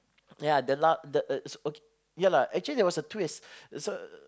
yeah the last okay yeah lah actually there was a twist so